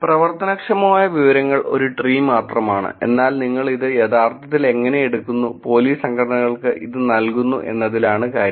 പ്രവർത്തനക്ഷമമായ വിവരങ്ങൾ ഒരു ട്രീ മാത്രമാണ് എന്നാൽ നിങ്ങൾ ഇത് യഥാർത്ഥത്തിൽ എങ്ങനെ എടുക്കുന്നു പോലീസ് സംഘടനകൾക്ക് ഇത് നൽകുന്നു എന്നതിലാണ് കാര്യം